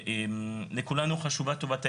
לכולנו חשובה טובת הילד,